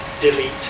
delete